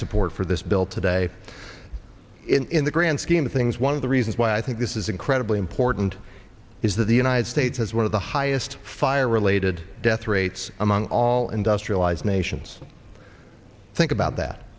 support for this bill today in the grand scheme of things one of the reasons why i think this is incredibly portland is that the united states has one of the highest fire related death rates among all industrialized nations think about that